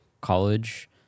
college